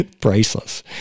Priceless